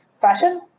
fashion